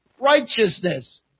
righteousness